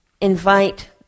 invite